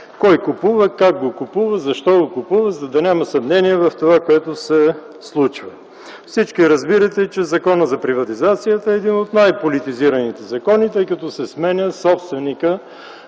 кой купува, как купува, защо го купува, за да няма съмнения в това, което се случва. Всички разбирате, че Законът за приватизацията е един от най-политизираните закони, тъй като се сменя собственикът